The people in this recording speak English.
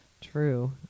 True